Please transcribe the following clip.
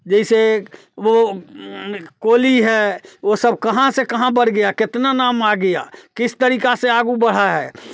जैसे वो कोहली है वो सब कहाँ से कहाँ बढ़ गया कितना नाम आ गया किस तरीक़े से आगे बढ़ा है